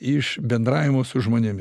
iš bendravimo su žmonėmis